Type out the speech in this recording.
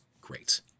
great